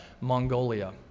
Mongolia